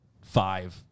five